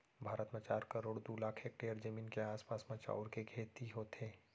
भारत म चार करोड़ दू लाख हेक्टेयर जमीन के आसपास म चाँउर के खेती होथे